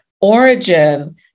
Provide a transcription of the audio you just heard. origin